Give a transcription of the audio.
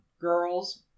girls